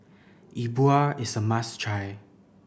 E Bua is a must try